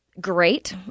great